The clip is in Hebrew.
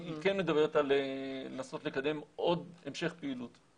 היא כן מדברת על לנסות לקדם עוד המשך פעילות.